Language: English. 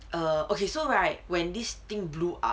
err okay so right when this thing blew up